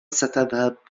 ستذهب